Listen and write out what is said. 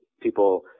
people